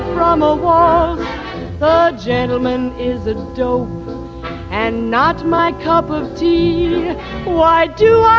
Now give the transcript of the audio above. from ah but a gentleman is a dope and not my cup of tea why do